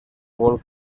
vol